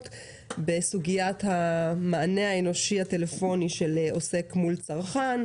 בסוגיית המענה האנושי הטלפוני של עוסק מול צרכן,